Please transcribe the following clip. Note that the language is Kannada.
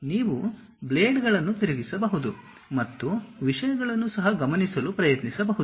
ನೀವು ಬ್ಲೇಡ್ಗಳನ್ನು ತಿರುಗಿಸಬಹುದು ಮತ್ತು ವಿಷಯಗಳನ್ನು ಸಹ ಗಮನಿಸಲು ಪ್ರಯತ್ನಿಸಬಹುದು